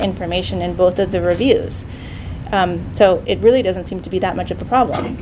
information and both of the reviews so it really doesn't seem to be that much of the problem